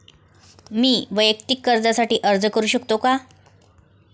मी वैयक्तिक कर्जासाठी अर्ज करू शकतो का?